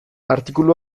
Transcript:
artikulu